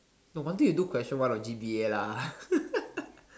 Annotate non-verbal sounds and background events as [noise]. no wonder you do question one of G_D_A lah [laughs]